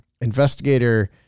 investigator